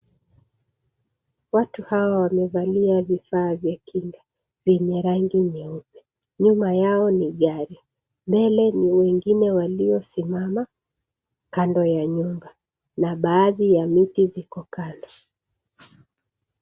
Watu hawa wamevalia vifaa vya kinga vyenye rangi nyeupe. Nyuma yao ni gari, mbele ni wengine waliosimama kando ya nyumba na baadhi ya miti ziko pale.